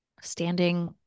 standing